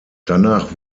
danach